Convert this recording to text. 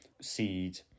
seed